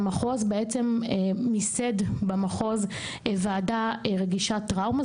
והמחוז בעצם ייסד במחוז וועדה רגישת טראומה.